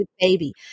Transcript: Baby